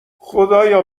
خدایا